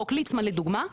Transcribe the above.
חוק ליצמן לדוגמה,